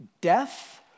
death